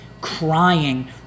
crying